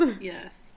yes